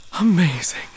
Amazing